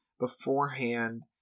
beforehand